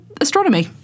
astronomy